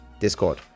Discord